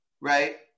right